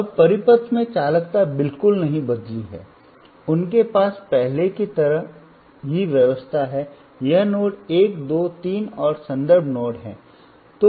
अब परिपथ में चालकता बिल्कुल नहीं बदली है उनके पास पहले की तरह ही व्यवस्था है यह नोड 1 2 3 और संदर्भ नोड है